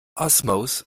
osmose